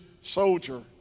soldier